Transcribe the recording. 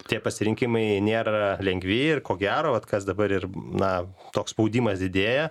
tie pasirinkimai nėra lengvi ir ko gero atkas dabar ir na toks spaudimas didėja